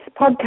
podcast